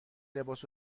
لباس